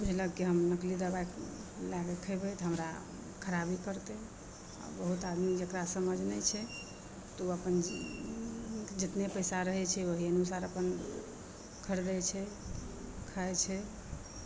झेलऽके हम महगो दबाइ मिलाके खेबै तऽ हमरा खराबी करतै आ बहुत आदमी जेकरा समझ नहि छै ओ अपन जेतबे पैसा रहै छै ओही हिसाबे अपन खरदै छै खाइ छै